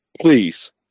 Please